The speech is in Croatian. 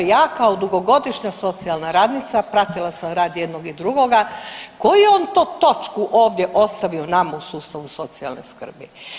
Ja kao dugogodišnja socijalna radnica pratila sam rad jednog i drugoga, koju je on to točku ovdje ostavio nama u sustavu socijalne skrbi?